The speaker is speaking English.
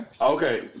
Okay